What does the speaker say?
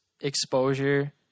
exposure